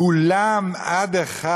כולם עד אחד,